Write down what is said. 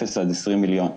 אפס עד 20 מיליון.